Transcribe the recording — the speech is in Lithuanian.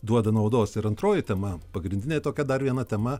duoda naudos ir antroji tema pagrindinė tokia dar viena tema